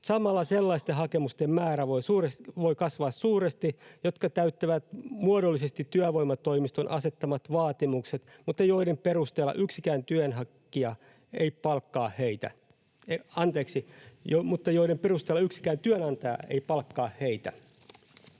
Samalla sellaisten hakemusten määrä voi kasvaa suuresti, jotka täyttävät muodollisesti työvoimatoimiston asettamat vaatimukset, mutta joiden perusteella yksikään työnantaja ei palkkaa heitä.